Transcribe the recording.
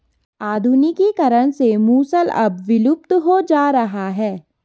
आधुनिकीकरण से मूसल अब विलुप्त होता जा रहा है